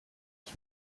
ich